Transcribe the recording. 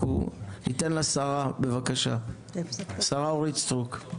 לאחר דברי השרה, נסגור את